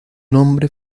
nombre